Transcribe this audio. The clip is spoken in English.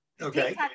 Okay